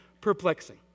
perplexing